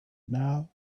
now